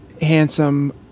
handsome